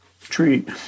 treat